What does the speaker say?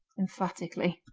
emphatically.